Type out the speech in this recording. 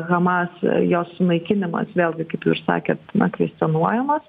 hamas jo sunaikinimas vėlgi kaip ir sakėt na kvestionuojamas